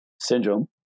syndrome